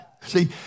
See